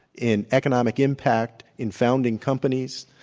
in economic impact in founding companies,